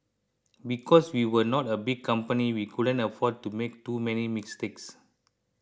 because we were not a big company we couldn't afford to make too many mistakes